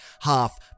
half